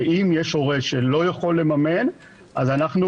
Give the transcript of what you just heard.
ואם יש הורה שלא יכול לממן אז אנחנו